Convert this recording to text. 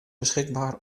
beschikbaar